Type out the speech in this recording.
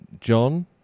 John